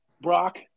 Brock